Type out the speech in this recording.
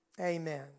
Amen